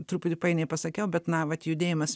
truputį painiai pasakiau bet na vat judėjimas